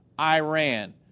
Iran